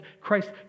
Christ